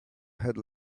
had